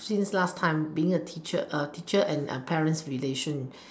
since last time being a teacher teacher and parents relation